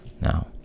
Now